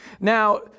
now